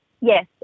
Yes